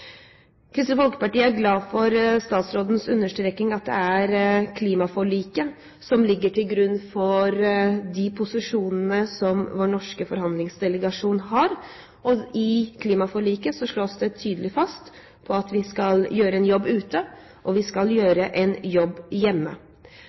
Kristelig Folkeparti er glad for statsrådens understreking av at det er klimaforliket som ligger til grunn for de posisjonene som vår norske forhandlingsdelegasjon har. Og i klimaforliket slås det tydelig fast at vi skal gjøre en jobb ute, og vi skal